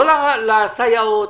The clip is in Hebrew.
לא לסייעות,